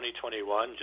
2021